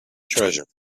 treasure